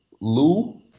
Lou